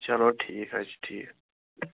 چلو ٹھیٖک حظ چھُ ٹھیٖک